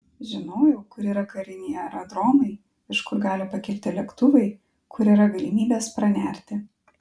žinojau kur yra kariniai aerodromai iš kur gali pakilti lėktuvai kur yra galimybės pranerti